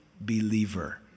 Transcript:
believer